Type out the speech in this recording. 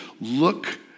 look